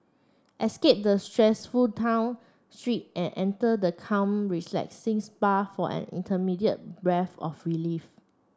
escape the stressful town street and enter the calm relaxing spa for an immediate breath of relief